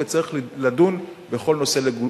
וצריך לדון בכל נושא לגופו.